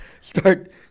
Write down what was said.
start